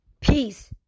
peace